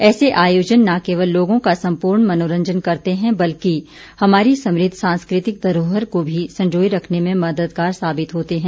ऐसे आयोजन न केवल लोगों का संपूर्ण मनोरंजन करते हैं बल्कि हमारी समृद्ध सांस्कृतिक धरोहर को भी संजोए रखने में भी मददगार साबित होते हैं